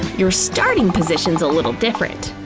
your starting position's a little different.